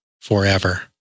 forever